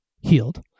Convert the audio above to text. Healed